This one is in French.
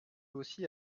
aussi